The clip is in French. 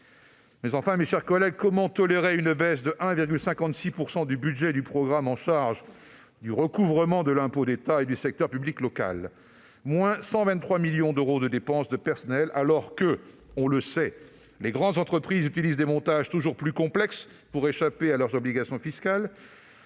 Mais enfin, mes chers collègues, comment tolérer une baisse de 1,56 % du budget du programme chargé du recouvrement de l'impôt d'État et du secteur public local ? Cela représente une diminution de 123 millions d'euros de dépenses de personnel ! Nous savons pourtant bien que les grandes entreprises utilisent des montages toujours plus complexes pour échapper à leurs obligations fiscales,